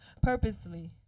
purposely